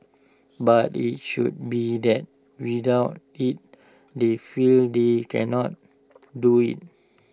but IT should be that without IT they feel they cannot do IT